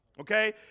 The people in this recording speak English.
okay